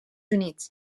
units